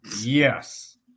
Yes